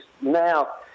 now